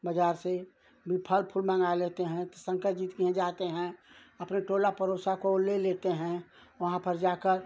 बाज़ार से भी फल फूल मँगा लेते हैं तो शंकर जी खियाँ जाते हैं अपना टोला परोसा को ले लेते हैं वहाँ पर जाकर